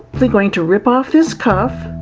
going to rip off this cuff,